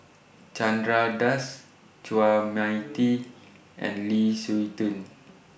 Chandra Das Chua Mia Tee and Lu Suitin